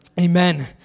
Amen